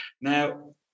Now